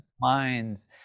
minds